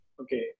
Okay